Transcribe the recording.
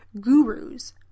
gurus